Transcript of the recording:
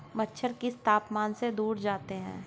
मच्छर किस तापमान से दूर जाते हैं?